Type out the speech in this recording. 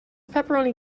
pepperoni